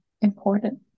important